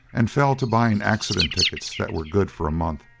and fell to buying accident tickets that were good for a month.